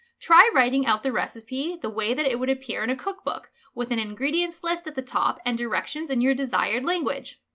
try writing out the recipe the way that it would appear in a cookbook with an ingredients list at the top and directions in your desired language.